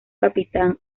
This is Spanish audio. capitán